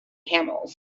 camels